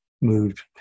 moved